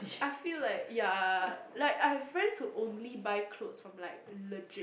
I feel like ya like I've friends who only buy clothes from like legit